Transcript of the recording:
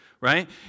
right